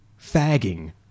fagging